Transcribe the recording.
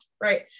right